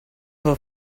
her